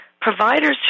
Providers